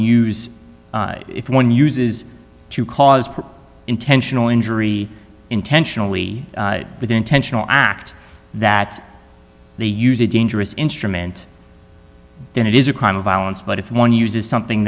use if one uses to cause intentional injury intentionally with an intentional act that they use a dangerous instrument then it is a crime of violence but if one uses something